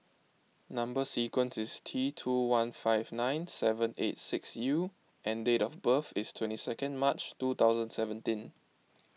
Number Sequence is T two one five nine seven eight six U and date of birth is twenty second March two thousand seventeen